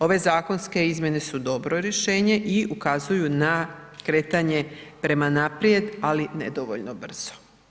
Ove zakonske izmjene su dobro rješenje i ukazuju na kretanje prema naprijed ali nedovoljno brzo.